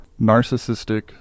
narcissistic